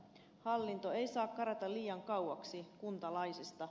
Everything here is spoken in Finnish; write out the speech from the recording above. hallinto ei saa karata liian kauaksi kuntalaisista